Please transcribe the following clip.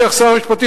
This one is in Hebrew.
אדוני שר המשפטים,